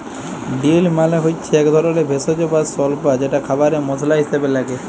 deal মালে হচ্যে এক ধরলের ভেষজ বা স্বল্পা যেটা খাবারে মসলা হিসেবে লাগে